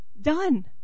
done